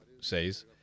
says